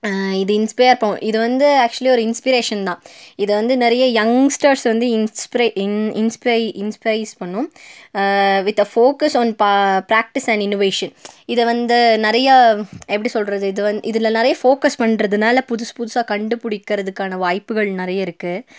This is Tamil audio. இது இன்ஸ்பயர் போகும் இதுவந்து ஆக்ஷுவலி ஒரு இன்ஸ்பிரேஷன் தான் இதை வந்து நிறைய யங்ஸ்டர்ஸ் வந்து இன்ஸ்ஃபிரே இன் இன்ஸ்ஃபிரை இன்ஸ்ஃபிரைஸ் பண்ணும் வித் அ ஃபோகஸ் அன் பா பிராக்டிஸ் அன் இனோவேஷன் இதை வந்து நிறையா எப்படி சொல்கிறது இது வந்து இதில் நிறைய ஃபோகஸ் பண்றதுனால் புதுசு புதுசாக கண்டுபிடிக்கிறதுக்கான வாய்ப்புகள் நிறைய இருக்குது